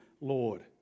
Lord